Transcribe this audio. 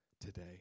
today